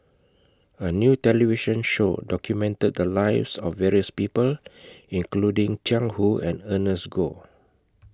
A New television Show documented The Lives of various People including Jiang Hu and Ernest Goh